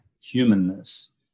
humanness